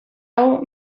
hau